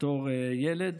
בתור ילד